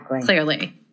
clearly